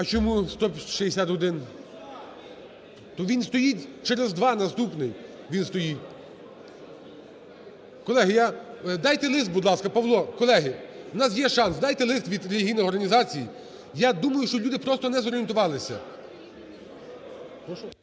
А чому 161? То він стоїть через два, наступний він стоїть. Колеги, я… Дайте лист, будь ласка. Павло! Колеги! У нас є шанс. Дайте лист від релігійних організацій. Я думаю, що люди просто не зорієнтувалися.